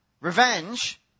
revenge